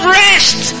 rest